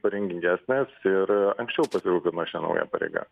pareigingesnės ir anksčiau pasirūpino šia nauja pareiga